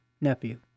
nephew